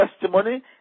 testimony